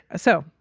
so,